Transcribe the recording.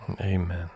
Amen